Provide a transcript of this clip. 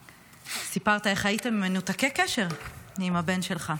וסיפרת איך הייתם מנותקי קשר מהבן שלך.